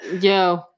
yo